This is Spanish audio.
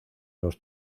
los